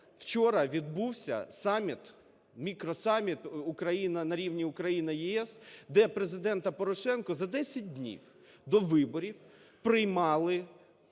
вчора відбувся саміт, мікро-саміт на рівні Україна - ЄС, де Президента Порошенка, за 10 днів до виборів, приймали